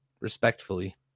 respectfully